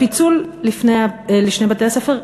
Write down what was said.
הפיצול לשני בתי-הספר,